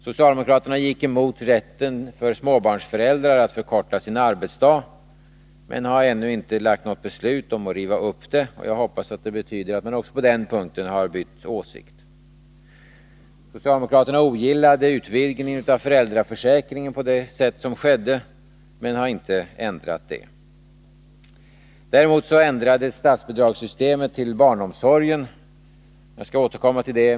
Socialdemokraterna gick emot rätten för småbarnsföräldrar att förkorta sin arbetsdag, men har ännu inte lagt fram förslag om att riva upp det beslutet. Jag hoppas att det betyder att man också på den punkten har bytt åsikt. Ni ogillade utvidgningen av föräldraförsäkringen på det sätt som skedde men har inte ändrat det. Däremot ändrades systemet för statsbidrag till barnomsorgen. Jag skall återkomma till det.